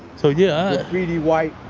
so yeah, graffiti wipe.